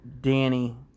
Danny